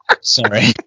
sorry